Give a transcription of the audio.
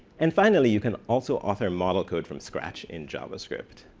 and finally, you can also author model code from scratch in javascript.